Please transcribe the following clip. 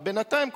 אבל בינתיים,